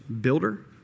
builder